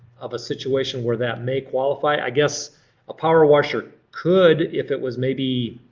of a situation where that may qualify. i guess a power washer could if it was maybe